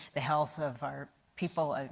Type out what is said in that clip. the health of our people